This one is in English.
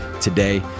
today